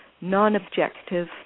non-objective